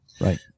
Right